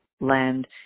land